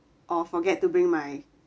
or forget to bring my